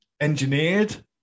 engineered